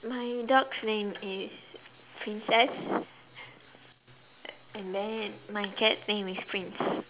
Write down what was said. my dog's name is princess and then my cat's name is prince